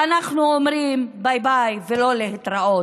ואנחנו אומרים: ביי ביי ולא להתראות.